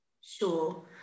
Sure